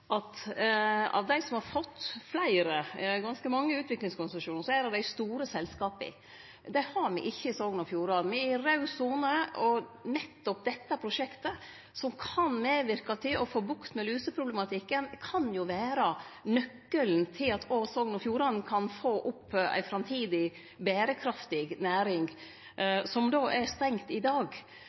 dei som har fått fleire – ganske mange – utviklingskonsesjonar, er dei store selskapa. Det har me ikkje i Sogn og Fjordane. Me er i raud sone, og nettopp dette prosjektet, som kan medverke til å få bukt med luseproblematikken, kan vere nøkkelen til at òg Sogn og Fjordane kan få opp ei framtidig berekraftig næring, som då er stengd i dag.